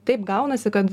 taip gaunasi kad